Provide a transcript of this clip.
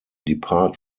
depart